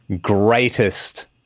greatest